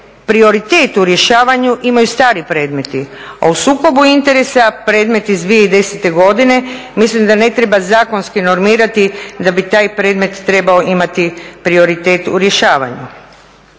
prioritet u rješavanju imaju stari predmeti, a u sukobu interesa predmet iz 2010. mislim da ne treba zakonski normirati da bi taj predmet trebao imati prioritet u rješavanju.